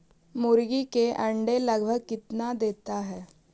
मुर्गी के अंडे लगभग कितना देता है?